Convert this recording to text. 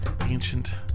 ancient